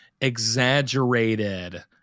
exaggerated